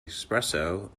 espresso